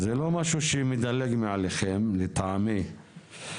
זה לא משהו שמדלג מעליכם, לטעמי.